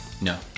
No